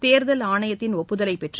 தேர்தல் ஆணையத்தின் ஒப்புதலை பெற்று